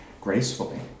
gracefully